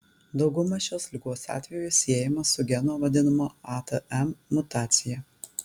dauguma šios ligos atvejų siejama su geno vadinamo atm mutacija